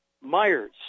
Myers